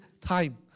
time